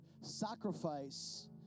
sacrifice